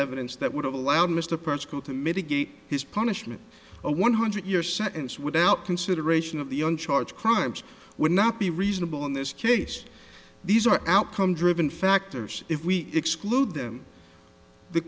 evidence that would have allowed mr per school to mitigate his punishment a one hundred year sentence without consideration of the young charge crimes would not be reasonable in this case these are outcome driven factors if we exclude them the